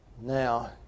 Now